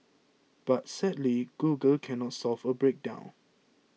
but sadly Google cannot solve a breakdown